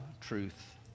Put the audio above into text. truth